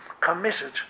committed